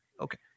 Okay